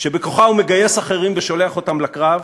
שבכוחה הוא מגייס אחרים ושולח אותם לקרב,